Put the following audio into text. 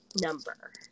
number